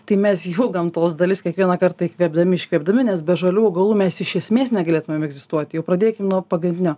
tai mes jau gamtos dalis kiekvieną kartą įkvėpdami iškvėpdami nes be žalių augalų mes iš esmės negalėtumėm egzistuoti jau pradėkim nuo pagrindinio